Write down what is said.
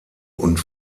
und